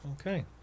Okay